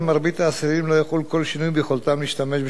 ביכולתם להשתמש בשירותי טלפוניה בגבייה.